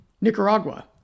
Nicaragua